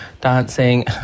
dancing